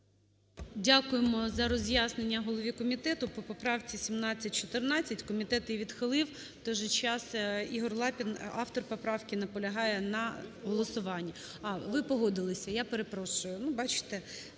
Дякуємо за роз'яснення голові комітету по поправці 1714. Комітет її відхилив. В той же час Ігор Лапін автор поправки наполягає на голосуванні. Ви погодилися? Я перепрошую.